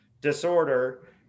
disorder